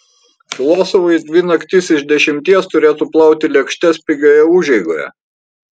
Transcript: filosofai dvi naktis iš dešimties turėtų plauti lėkštes pigioje užeigoje